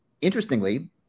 interestingly